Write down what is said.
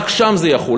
רק שם זה יחול.